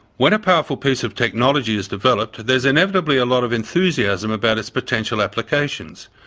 when a powerful piece of technology is developed, there's inevitably a lot of enthusiasm about its potential applications.